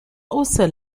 also